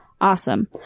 Awesome